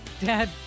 Dad